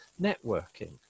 networking